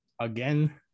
Again